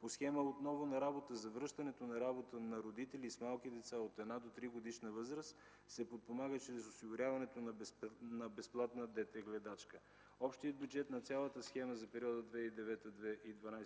По схема „Отново на работа” – за връщане на работа на родители с малки деца от 1 до 3-годишна възраст, се подпомагат с осигуряването на безплатна детегледачка. Общият бюджет на цялата схема за периода 2009-2012